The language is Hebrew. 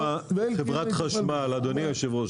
קח לדוגמה חברת חשמל אדוני היושב ראש,